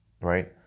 right